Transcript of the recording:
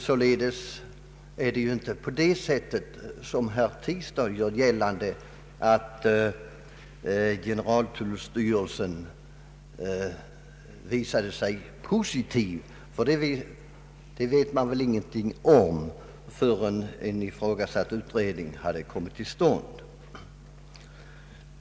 Således är det inte riktigt när herr Tistad gör gällande att generaltullstyrelsen hade en positiv inställning till motionsyrkandena. Det hade väl först ett yttrande av generaltullstyrelsen över den ifrågasatta utredningen kunnat ge besked om.